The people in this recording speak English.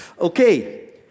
Okay